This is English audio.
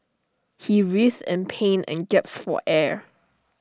he writhed in pain and gasped for air